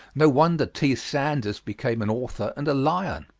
no wonder t. sandys became an author and lion!